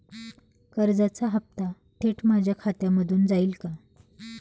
कर्जाचा हप्ता थेट माझ्या खात्यामधून जाईल का?